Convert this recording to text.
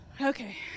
Okay